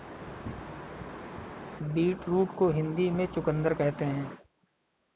beetroot को हिंदी में चुकंदर कहते हैं